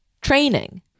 training